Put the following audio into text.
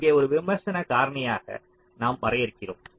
இங்கேயும் ஒரு விமர்சன காரணியை நாம் வரையறுக்கிறோம்